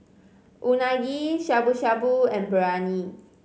Unagi Shabu Shabu and Biryani